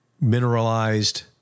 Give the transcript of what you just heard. mineralized